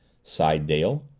sighed dale.